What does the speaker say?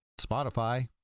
Spotify